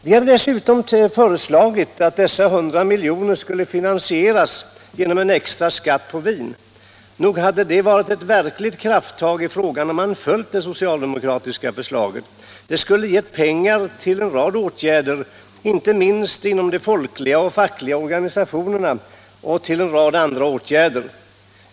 Vi hade dessutom föreslagit att dessa 100 miljoner skulle finansieras genom en extra skatt på vin. Nog hade det varit ett verkligt krafttag om man följt det socialdemokratiska förslaget. Det skulle ha gett pengar till en rad åtgärder — inte minst inom de folkliga och fackliga organisationerna.